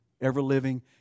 ever-living